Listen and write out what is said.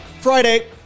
Friday